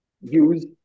use